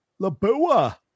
Labua